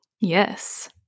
Yes